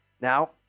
Now